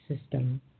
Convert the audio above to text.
system